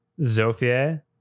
Zofia